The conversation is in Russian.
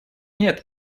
нет